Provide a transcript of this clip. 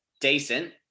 decent